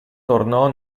tornò